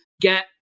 get